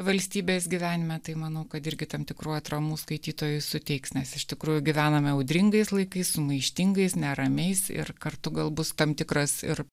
valstybės gyvenime tai manau kad irgi tam tikrų atramų skaitytojui suteiks nes iš tikrųjų gyvename audringais laikais sumaištingais neramiais ir kartu gal bus tam tikras ir